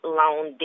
loan